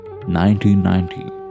1990